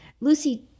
Lucy